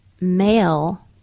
male